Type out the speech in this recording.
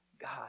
God